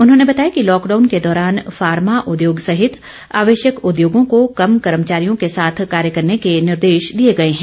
उन्होंने बताया कि लॉकडाउन के दौरान फार्मा उद्योग सहित आवश्यक उद्योगों को कम कर्मचारियों के साथ कार्य करने के निर्देश दिए गए हैं